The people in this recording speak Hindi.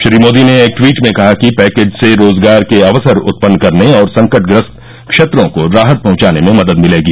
श्री मोदी ने एक ट्वीट में कहा कि पैकेज से रोजगार के अवसर उत्पन्न करने और संकटग्रस्त क्षेत्रों को राहत पहुंचाने में मदद मिलेगी